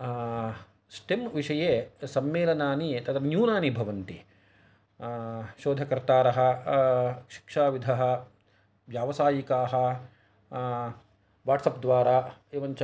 stem विषये सम्मेलनानि एतत् न्यूनानि भवन्ति शोधकर्तारः शिक्षाविधः व्यावसायिकाः वाट्सेप् द्वारा एवञ्च